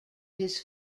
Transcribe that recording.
his